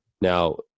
Now